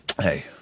Hey